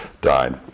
died